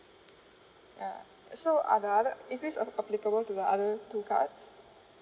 ya so are the other uh is this applicable to the other two cards